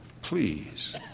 please